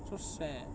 so sad